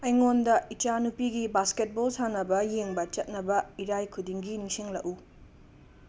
ꯑꯩꯉꯣꯟꯗ ꯏꯆꯥꯅꯨꯄꯤꯒꯤ ꯕꯥꯁꯀꯦꯠꯕꯣꯜ ꯁꯥꯟꯅꯕ ꯌꯦꯡꯕ ꯆꯠꯅꯕ ꯏꯔꯥꯏ ꯈꯨꯗꯤꯡꯒꯤ ꯅꯤꯡꯁꯤꯡꯂꯛꯎ